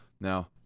Now